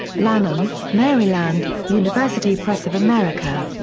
lanham, maryland university press of america.